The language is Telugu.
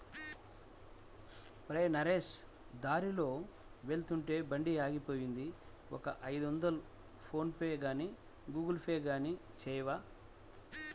ఒరేయ్ నరేష్ దారిలో వెళ్తుంటే బండి ఆగిపోయింది ఒక ఐదొందలు ఫోన్ పేగానీ గూగుల్ పే గానీ చేయవా